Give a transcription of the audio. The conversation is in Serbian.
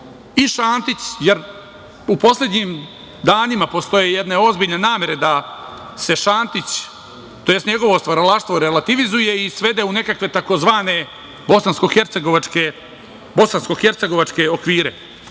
i Šantić, jer u poslednjim danima postoje jedne ozbiljne namere da se Šantić, tj. njegovo stvaralaštvo relativizuje i svede u nekakve, takozvane bosansko-hercegovačke okvire.